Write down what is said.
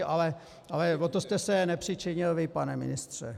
Ale o to jste se nepřičinil vy, pane ministře.